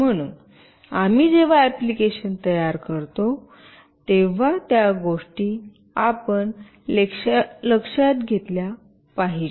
म्हणून आम्ही जेव्हा अँप्लिकेशन तयार करतो तेव्हा त्या गोष्टी आपण लक्षात घेतल्या पाहिजेत